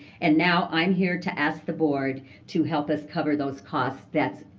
and now i'm here to ask the board to help us cover those costs that's,